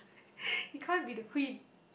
you can't be the queen